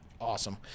Awesome